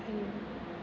जों